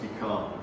become